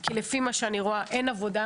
כי לפי מה שאני רואה אין עבודה.